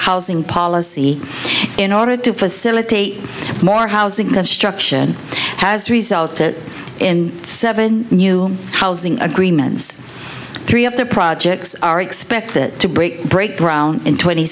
housing policy in order to facilitate more housing construction has resulted in seven new housing agreements three of the projects are expect that to break break ground in tw